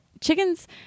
chickens